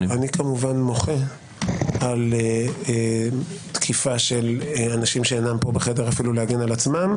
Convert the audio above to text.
כמובן מוחה על תקיפת אנשים שאינם פה בחדר אפילו להגן על עצמם.